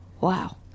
Wow